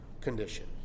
condition